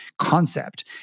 concept